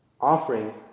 offering